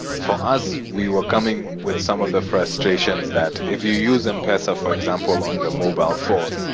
for us, we were coming with some of the frustrations that, if you use m-pesa, for example, on the mobile phone,